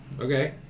Okay